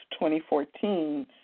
2014